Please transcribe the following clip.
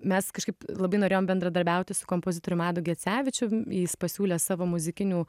mes kažkaip labai norėjom bendradarbiauti su kompozitorium adu gecevičiu jis pasiūlė savo muzikinių